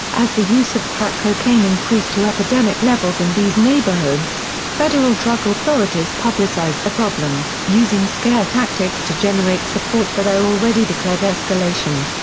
as the use of crack cocaine increased to epidemic levels in these neighborhoods, federal drug authorities publicized the problem, using scare tactics to generate support for their already-declared escalation.